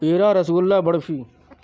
پیڑا رس گلا برفی